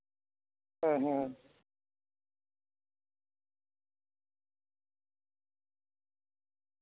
ᱦᱩᱸ ᱦᱩᱸ